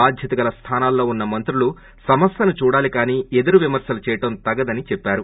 బాధ్యత గల స్థానాల్లో ఉన్స మంత్రులు సమస్యను చూడాలి కానీ ఎదురు విమర్రలు చేయడం తగదని అన్నారు